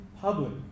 public